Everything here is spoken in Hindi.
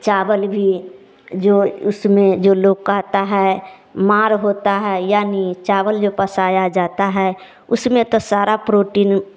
चावल भी जो उसमें जो लोग कहता हैं मांड होता है यानी चावल जो पसाया जाता है उसमें तो सारा प्रोटीन